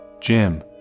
Jim